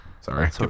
Sorry